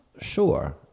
Sure